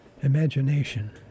Imagination